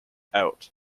out